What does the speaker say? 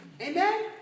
Amen